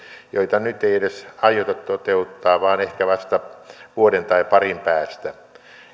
joita nyt ei edes aiota toteuttaa vaan ehkä vasta vuoden tai parin päästä